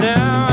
Now